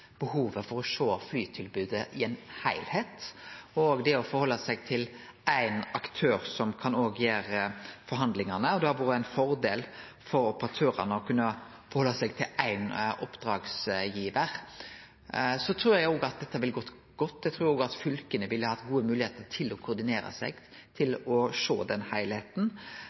behovet for å sjå flytilbodet under eitt og det å halde seg til éin aktør, som òg kan gjere forhandlingane. Det hadde vore ein fordel for operatørane å kunne halde seg til éin oppdragsgivar. Så trur eg òg at dette ville gått godt. Eg trur at fylka ville hatt gode moglegheiter til å koordinere seg, til å sjå den